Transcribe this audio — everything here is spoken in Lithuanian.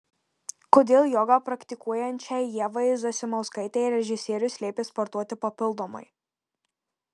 kodėl jogą praktikuojančiai ievai zasimauskaitei režisierius liepė sportuoti papildomai